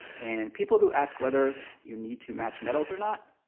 and people who ask whether you need to match metals or not,